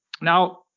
Now